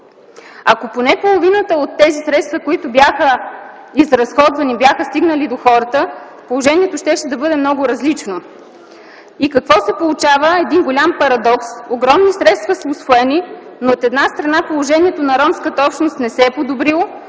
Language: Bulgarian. Ако поне половината от тези средства, които бяха изразходвани, стигнеха до хората, положението щеше да бъде много различно. Какво се получава? Един голям парадокс. Огромни средства са усвоени, но от една страна, положението на ромската общност не се е подобрило,